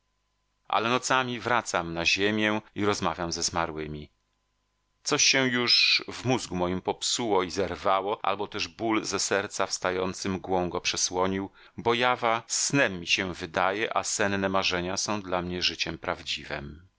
ale nocami wracam na ziemię i rozmawiam ze zmarłymi coś się już w mózgu moim popsuło i zerwało albo też ból ze serca wstający mgłą go przesłonił bo jawa snem mi się wydaje a senne marzenia są dla mnie życiem prawdziwem